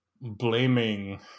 blaming